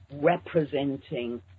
representing